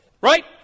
Right